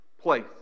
Place